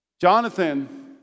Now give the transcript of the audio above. Jonathan